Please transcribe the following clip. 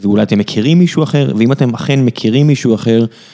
ואולי אתם מכירים מישהו אחר, ואם אתם אכן מכירים מישהו אחר...